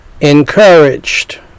encouraged